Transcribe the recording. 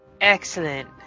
Excellent